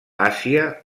àsia